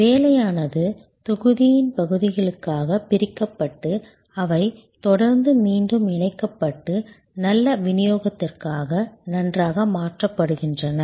வேலையானது தொகுதியின் பகுதிகளாகப் பிரிக்கப்பட்டு அவை தொடர்ந்து மீண்டும் இணைக்கப்பட்டு நல்ல விநியோகத்திற்காக நன்றாக மாற்றப்படுகின்றன